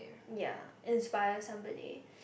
ya inspire somebody